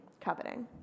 coveting